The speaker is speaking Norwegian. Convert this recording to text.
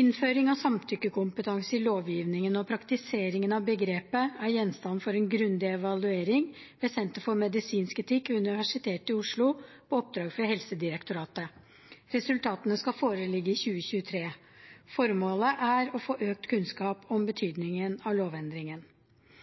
Innføring av samtykkekompetanse i lovgivningen og praktiseringen av begrepet er gjenstand for en grundig evaluering ved Senter for medisinsk etikk ved Universitetet i Oslo på oppdrag fra Helsedirektoratet. Resultatene skal foreligge i 2023. Formålet er å få økt kunnskap om betydningen av lovendringen.